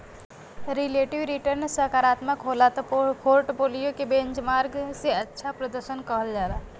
relative return सकारात्मक होला त पोर्टफोलियो के बेंचमार्क से अच्छा प्रर्दशन कहल जाला